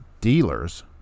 dealers